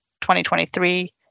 2023